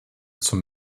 zum